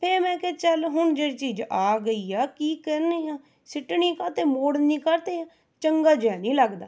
ਫਿਰ ਮੈਂ ਕਿਹਾ ਚੱਲ ਹੁਣ ਜਿਹੜੀ ਚੀਜ਼ ਆ ਗਈ ਆ ਕੀ ਕਰਨੀ ਆ ਸੁੱਟਣੀ ਕਾਹਤੇ ਮੋੜਨੀ ਕਾਹਤੇ ਹੈ ਚੰਗਾ ਜਿਹਾ ਨਹੀਂ ਲੱਗਦਾ